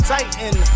Titan